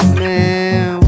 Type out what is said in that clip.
man